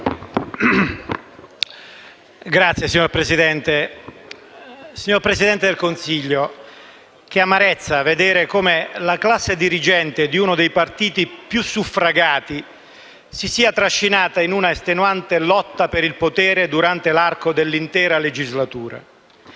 MPL))*. Signor Presidente, signor Presidente del Consiglio, che amarezza vedere come la classe dirigente di uno dei partiti più suffragati si sia trascinata in una estenuante lotta per il potere durante l'arco dell'intera legislatura: